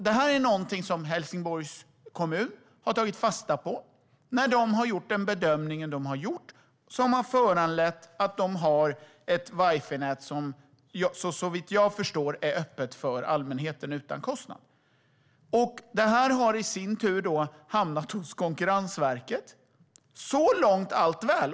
Det är någonting som Helsingborgs kommun har tagit fasta på när de har gjort sin bedömning som har föranlett att de har ett wifi-nät som, såvitt jag förstår, är öppet för allmänheten utan kostnad. Det har i sin tur hamnat hos Konkurrensverket. Så långt är allt väl.